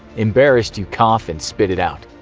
embarrassed, you cough and spit it out.